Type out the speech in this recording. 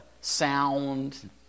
sound